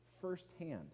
firsthand